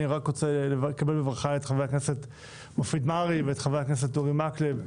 אני רוצה לקבל בברכה את חבר הכנסת מופיד מרעי ואת חבר הכנסת אורי מקלב,